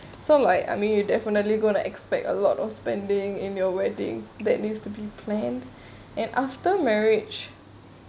so like I mean you definitely gonna expect a lot of spending in your wedding that needs to be planned and after marriage